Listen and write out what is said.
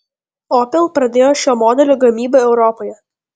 opel pradėjo šio modelio gamybą europoje